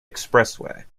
expressway